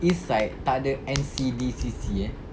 east side tak ada N_C_D_C eh